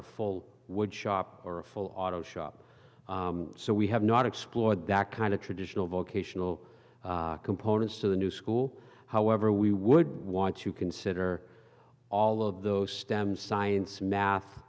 a full woodshop or a full auto shop so we have not explored that kind of traditional vocational components of the new school however we would want to consider all of those stem science math